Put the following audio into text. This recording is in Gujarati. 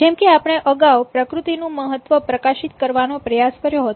જેમકે આપણે અગાઉ પ્રકૃતિનું મહત્વ પ્રકાશિત કરવાનો પ્રયાસ કર્યો હતો